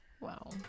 Wow